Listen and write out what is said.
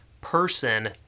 person